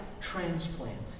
transplant